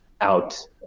out